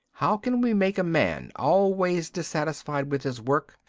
how can we make a man always dissatisfied with his work,